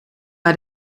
bij